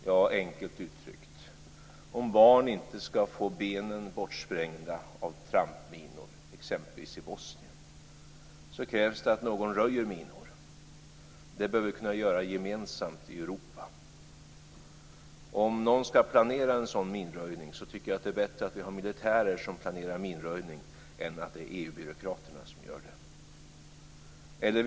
Ja, enkelt uttryckt: Om barn inte skall få benen bortsprängda av trampminor exempelvis i Bosnien, så krävs det att någon röjer minor. Det bör vi kunna göra gemensamt i Europa. Om någon skall planera en sådan minröjning tycker jag att det är bättre att vi har militärer som planerar minröjning än att det är EU-demokraterna som gör det.